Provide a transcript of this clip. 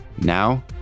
Now